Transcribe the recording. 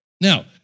Now